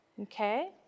Okay